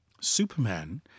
Superman